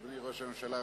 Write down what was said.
אדוני ראש הממשלה,